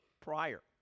prior